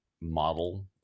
model